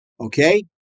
Okay